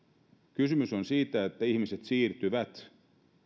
kysymys on siitä että ihmiset siirtyvät